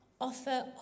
offer